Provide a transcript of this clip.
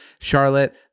Charlotte